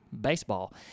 baseball